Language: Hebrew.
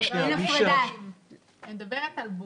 אני מדברת על בוגרים.